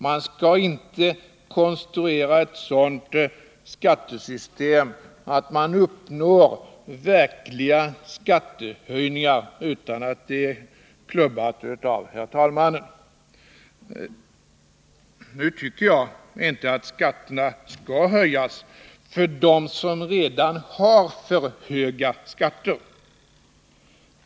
Man skall inte konstruera ett sådant skattesystem att man uppnår verkliga skattehöjningar utan att detta är klubbat av talmannen. Nu tycker jag inte att skatterna skall höjas för dem som redan har för höga skatter.